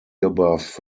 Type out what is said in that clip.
above